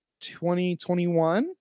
2021